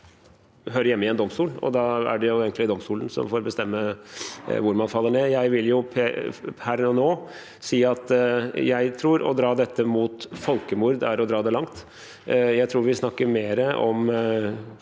hører hjemme i en domstol, og da er det egentlig domstolen som får bestemme hvor man faller ned. Jeg vil per nå si at jeg tror at å dra dette mot folkemord er å dra det langt. Jeg tror vi snakker mer om